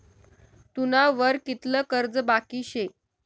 तुना वर कितलं कर्ज बाकी शे